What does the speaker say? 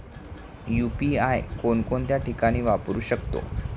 UPI कोणकोणत्या ठिकाणी वापरू शकतो?